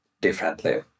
differently